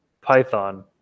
Python